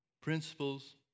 principles